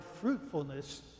fruitfulness